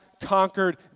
conquered